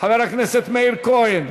חבר הכנסת מאיר כהן.